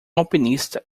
alpinista